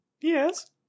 Yes